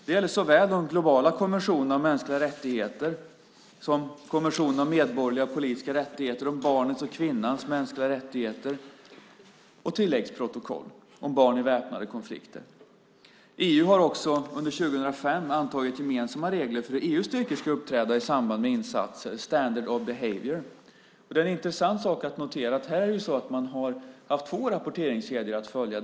Det gäller såväl de globala konventionerna om mänskliga rättigheter som konventionen om medborgerliga och politiska rättigheter, barnets och kvinnans mänskliga rättigheter och tilläggsprotokoll om barn i väpnade konflikter. EU har också under 2005 antagit gemensamma regler för hur EU:s styrkor ska uppträda i samband med insatser, standards of behaviour . Det är intressant att notera att man här haft två rapporteringskedjor att följa.